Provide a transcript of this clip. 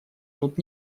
тут